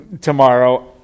tomorrow